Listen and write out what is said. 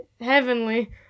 heavenly